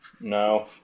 no